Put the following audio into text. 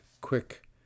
quick